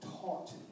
taught